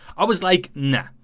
i was like nah.